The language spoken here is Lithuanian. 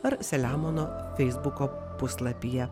ar selemono feisbuko puslapyje